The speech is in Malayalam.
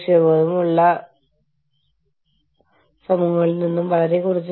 ബഹുരാഷ്ട്ര സംരംഭങ്ങളും തൊഴിൽ ബന്ധങ്ങളും